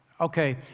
Okay